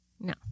no